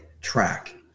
track